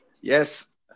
Yes